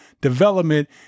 development